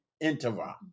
interval